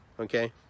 okay